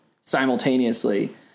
simultaneously